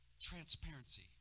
transparency